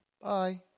Bye